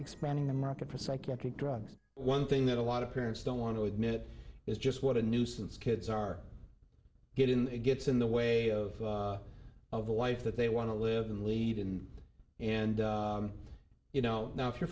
expanding the market for psychiatric drugs one thing that a lot of parents don't want to admit is just what a nuisance kids are get in it gets in the way of of life that they want to live and lead in and you know now if you're